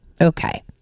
Okay